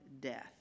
death